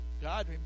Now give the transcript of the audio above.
God